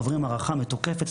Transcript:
עוברים הערכה מתוקפת,